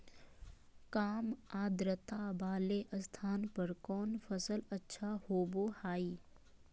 काम आद्रता वाले स्थान पर कौन फसल अच्छा होबो हाई?